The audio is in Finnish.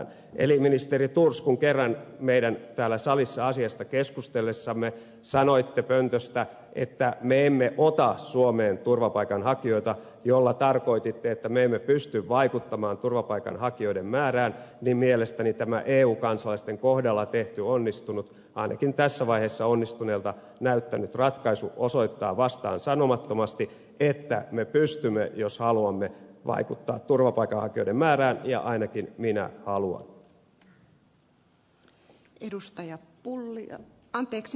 eli ministeri thors kun kerran meidän täällä salissa asiasta keskustellessamme sanoitte pöntöstä että me emme ota suomeen turvapaikanhakijoita millä tarkoititte että me emme pysty vaikuttamaan turvapaikanhakijoiden määrään niin mielestäni tämä eu kansalaisten kohdalla tehty ainakin tässä vaiheessa onnistuneelta näyttänyt ratkaisu osoittaa vastaansanomattomasti että me pystymme jos haluamme vaikuttamaan turvapaikanhakijoiden määrään ja ainakin minä haluan